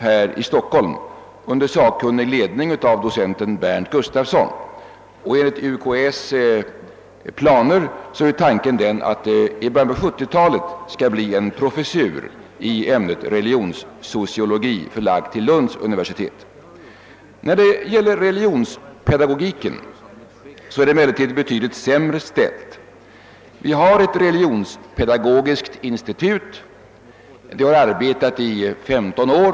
Det står under sak kunnig ledning av docenten Berndt Gustafsson, och enligt UK:s planer skall vi i början på 1970-talet ha en professur i ämnet religionssociologi förlagd till Lunds universitet. När det gäller religionspedagogiken är det emellertid betydligt sämre ställt. Vi har ett religionspedagogiskt institut som arbetat under 15 år.